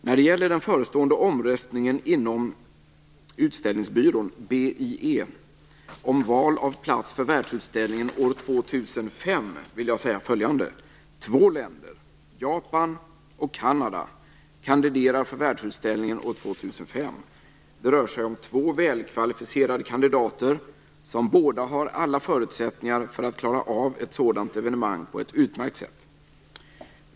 När det gäller den förestående omröstningen inom utställningsbyrån om val av plats för världsutställningen år 2005 vill jag säga följande. Två länder, Japan och Kanada , kandiderar för världsutställningen år 2005. Det rör sig om två välkvalificerade kandidater som båda har alla förutsättningar för att klara av ett sådant evenemang på ett utmärkt sätt.